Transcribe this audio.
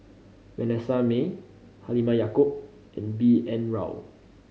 Vanessa Mae Halimah Yacob and B N Rao